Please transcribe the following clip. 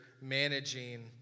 managing